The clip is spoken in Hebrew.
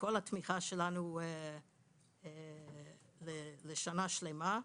מכל התמיכה שלנו לשנה שלמה.